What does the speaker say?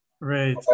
right